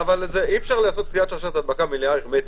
אי-אפשר לעשות קטיעת שרשרת הדבקה הרמטית.